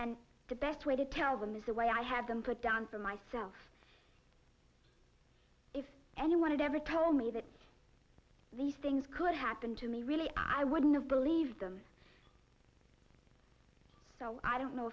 and the best way to tell them is the way i had them put down for myself if anyone had ever told me that these things could happen to me really i wouldn't have believed them so i don't know